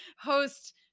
host